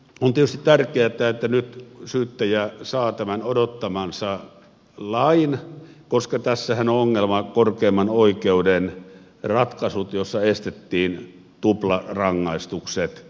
on tietysti tärkeätä että nyt syyttäjä saa tämän odottamansa lain koska tässähän ovat ongelma korkeimman oikeuden ratkaisut joissa estettiin tuplarangaistukset talousrikosten osalta